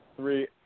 Three